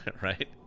right